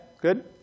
Good